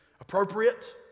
appropriate